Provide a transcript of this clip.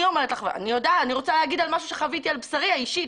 אני רוצה להגיד על משהו שחוויתי על בשרי האישי.